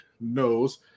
knows